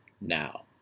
now